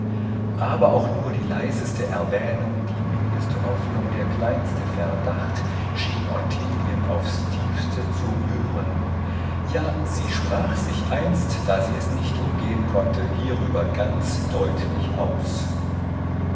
aber auch nur die leiseste erwähnung die mindeste hoffnung der kleinste verdacht schien ottilien aufs tiefste zu rühren ja sie sprach sich einst da sie es nicht umgehen konnte hierüber ganz deutlich aus